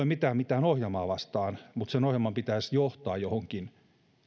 mitään mitään ohjelmaa vastaan mutta sen ohjelman pitäisi johtaa johonkin